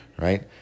right